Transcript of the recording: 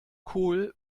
kohl